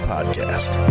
Podcast